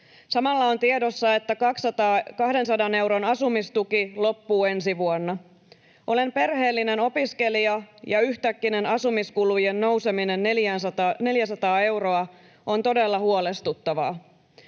Samalla on tiedossa, että 200 euron asumistuki loppuu ensi vuonna. Olen perheellinen opiskelija, ja yhtäkkinen asumiskulujen nouseminen 400 eurolla on todella huolestuttavaa.